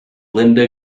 linda